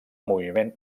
moviment